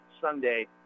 Sunday